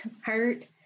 hurt